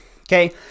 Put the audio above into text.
okay